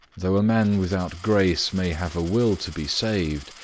though a man without grace may have a will to be saved,